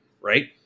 right